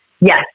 yes